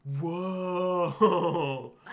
Whoa